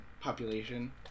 Population